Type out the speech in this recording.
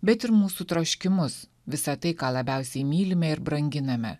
bet ir mūsų troškimus visą tai ką labiausiai mylime ir branginame